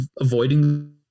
avoiding